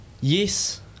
Yes